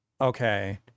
Okay